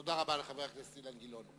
תודה רבה לחבר הכנסת אילן גילאון.